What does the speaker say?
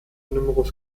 numerus